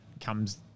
comes